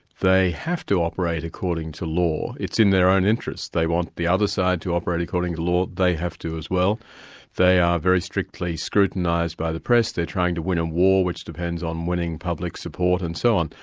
they have to operate according to law, it's in their own interests. they want the other side to operate according to law, they have to as well they are very strictly scrutinised by the press, they're trying to win a and war which depends on winning public support and so on.